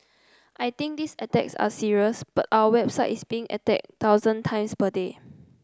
I think these attacks are serious but our own website is being attacked thousands times per day